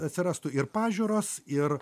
atsirastų ir pažiūros ir